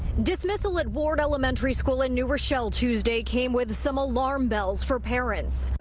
dismissal at ward elementary school in new rochelle tuesday came with some alarm bells for parents.